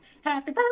Happy